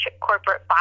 corporate